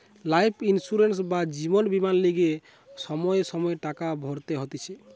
life insurance বা জীবন বীমার লিগে সময়ে সময়ে টাকা ভরতে হতিছে